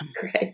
great